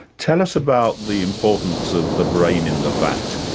tell us about the importance of the brain in the vat.